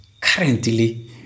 Currently